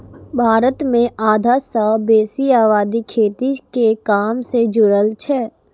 भारत मे आधा सं बेसी आबादी खेती के काम सं जुड़ल छै